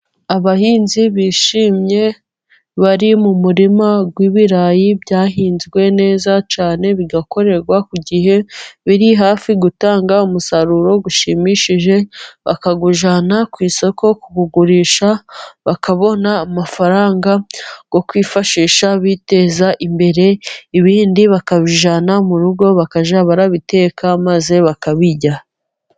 Abahinzi bishimye bari mu murima w'ibirayi byahinzwe neza cyane, bigakorerwa ku gihe, biri hafi gutanga umusaruro ushimishije, bakawujyana ku isoko kuwugurisha, bakabona amafaranga yo kwifashisha biteza imbere ibindi bakabijyana mu rugo, bakajya barabiteka maze bakabirya.